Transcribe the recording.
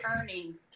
earnings